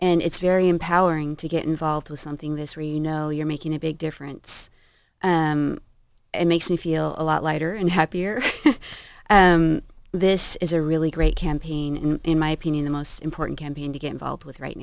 and it's very empowering to get involved with something this are you know you're making a big difference and it makes me feel a lot lighter and happier and this is a really great campaign in my opinion the most important campaign to get involved with right